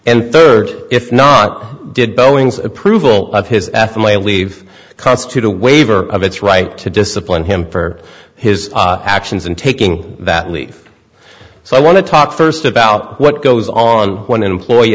and third if not did boeing's approval of his athame leave constitute a waiver of its right to discipline him for his actions in taking that leap so i want to talk first about what goes on when an employee